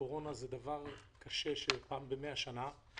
הקורונה היא דבר קשה של פעם במאה שנים.